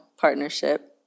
partnership